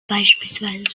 beispielsweise